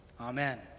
Amen